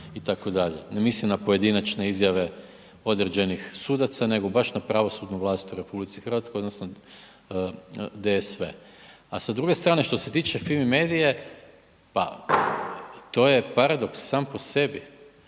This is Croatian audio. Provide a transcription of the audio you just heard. ne mislim na pojedinačne izjave određenih sudaca nego baš na pravosudnu vlast u RH odnosno DSV. A sa druge strane što se tiče Fimi media-e, pa to je paradoks sam po sebi.